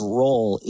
role